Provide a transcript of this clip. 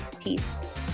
Peace